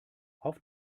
auf